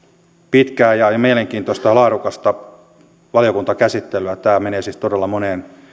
pitkää mielenkiintoista ja laadukasta valiokuntakäsittelyä tämä menee siis todella moneen